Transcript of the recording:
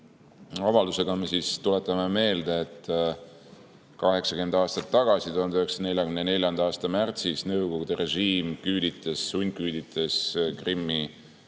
avaldusega me tuletame meelde, et 80 aastat tagasi, 1944. aasta märtsis Nõukogude režiim sundküüditas Krimmi